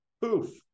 Poof